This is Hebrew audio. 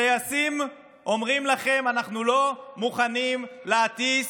טייסים אומרים לכם: אנחנו לא מוכנים להטיס